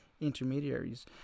intermediaries